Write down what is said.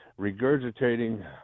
regurgitating